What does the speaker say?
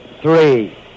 three